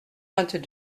vingt